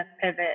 pivot